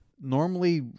Normally